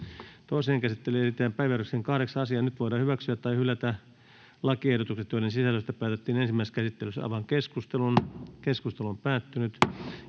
Toiseen käsittelyyn esitellään päiväjärjestyksen 6. asia. Nyt voidaan hyväksyä tai hylätä lakiehdotukset, joiden sisällöstä päätettiin ensimmäisessä käsittelyssä. — Mennään keskusteluun.